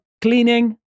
cleaning